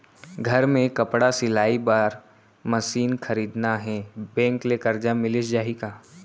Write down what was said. घर मे कपड़ा सिलाई बार मशीन खरीदना हे बैंक ले करजा मिलिस जाही का?